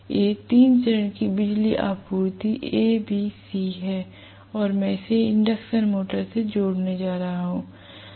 ये तीन चरण की बिजली आपूर्ति A B C हैं और मैं इसे इंडक्शन मोटर से जोड़ने जा रहा हूं